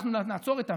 אנחנו נעצור את המשק?